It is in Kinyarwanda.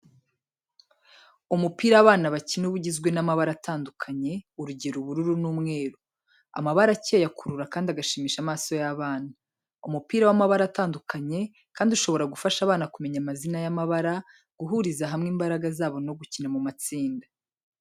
Umupira abana bakina uba ugizwe n'amabara atandukanye, urugero ubururu n'umweru. Amabara akeye akurura kandi agashimisha amaso y'abana. Umupira w’amabara atandukanye, kandi ushobora gufasha abana kumenya amazina y'amabara, guhuriza hamwe imbaraga zabo no gukina mu matsinda.